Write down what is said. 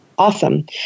Awesome